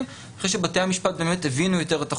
אחרי שבתי המשפט הבינו יותר את החומרה,